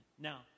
Now